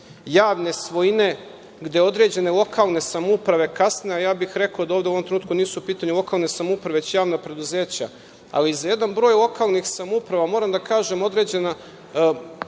javne svojine, gde određene lokalne samouprave kasne, a rekao bih da ovde u ovom trenutku nisu u pitanju lokalne samouprave već javna preduzeća, ali i za jedan broj lokalnih samouprava moram da kažem, određena